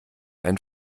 ein